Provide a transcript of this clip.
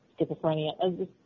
schizophrenia